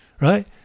right